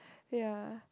ya